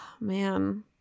man